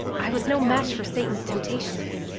i was no match for satan's temptations.